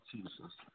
Jesus